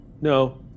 No